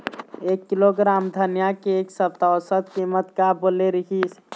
एक किलोग्राम धनिया के एक सप्ता औसत कीमत का बोले रीहिस?